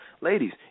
Ladies